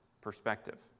perspective